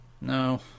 No